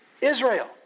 Israel